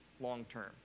long-term